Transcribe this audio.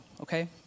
Okay